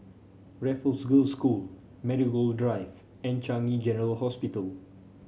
Raffles Girls' School Marigold Drive and Changi General Hospital